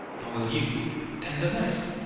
nor will you tender less.